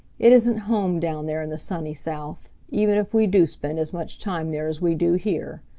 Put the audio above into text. it isn't home down there in the sunny south, even if we do spend as much time there as we do here.